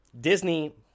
Disney